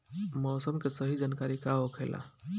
मौसम के सही जानकारी का होखेला?